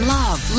love